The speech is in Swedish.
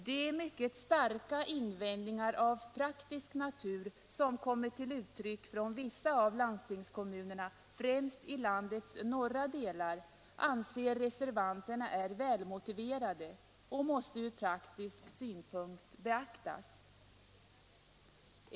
De mycket starka invändningar av praktisk natur som kommit till uttryck från vissa av landstingskommunerna, främst i landets norra delar, anser reservanterna vara välmotiverade, och de måste ur praktisk synpunkt beaktas.